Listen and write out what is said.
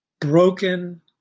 broken